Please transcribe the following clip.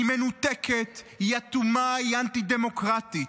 היא מנותקת, היא אטומה, היא אנטי-דמוקרטית.